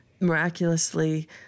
Miraculously